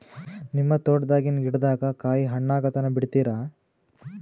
ನಿಮ್ಮ ತೋಟದಾಗಿನ್ ಗಿಡದಾಗ ಕಾಯಿ ಹಣ್ಣಾಗ ತನಾ ಬಿಡತೀರ?